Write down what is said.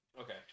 Okay